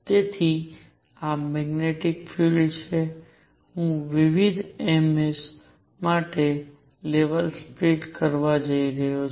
તેથી આ magnetic field છે હું વિવિધ ms માટે લેવલ સ્પ્લીટ કરવા જઈ રહ્યો છું